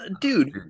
dude